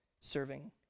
serving